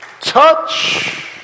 touch